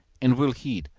and will heed.